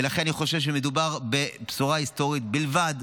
ולכן אני חושב שמדובר בבשורה היסטורית בלבד,